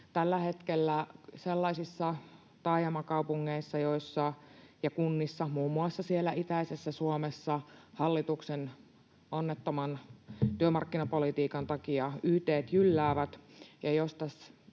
Tällä hetkellä taajamakaupungeissa ja kunnissa muun muassa siellä itäisessä Suomessa hallituksen onnettoman työmarkkinapolitiikan takia yt:t jylläävät,